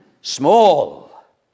small